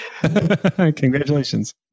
Congratulations